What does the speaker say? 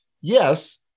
Yes